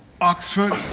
Oxford